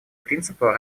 принципа